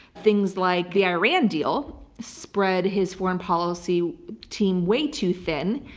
things like the iran deal spread his foreign policy team way too thin,